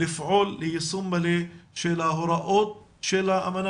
לפעול ליישום מלא של הוראות האמנה